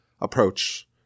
approach